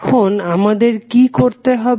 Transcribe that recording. এখন আমাদের কি করতে হবে